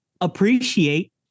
appreciate